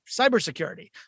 cybersecurity